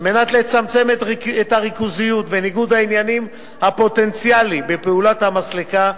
על מנת לצמצם את הריכוזיות וניגוד העניינים הפוטנציאלי בפעולת המסלקה,